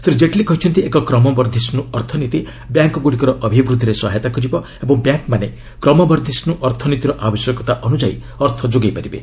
ଶ୍ରୀ ଜେଟଲୀ କହିଛନ୍ତି ଏକ କ୍ରମବର୍ଦ୍ଧିଷ୍ଟୁ ଅର୍ଥନୀତି ବ୍ୟାଙ୍କ୍ଗୁଡ଼ିକର ଅଭିବୃଦ୍ଧିରେ ସହାୟତା କରିବ ଓ ବ୍ୟାଙ୍କମାନେ କ୍ରମବର୍ଦ୍ଧିଷ୍ଟୁ ଅର୍ଥନୀତିର ଆବଶ୍ୟକତା ଅନୁଯାୟୀ ଅର୍ଥ ଯୋଗାଇ ପାରିବେ